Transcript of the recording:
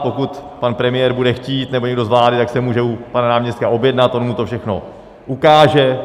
Pokud pan premiér bude chtít, nebo někdo z vlády, tak se může u pana náměstka objednat, on mu to všechno ukáže.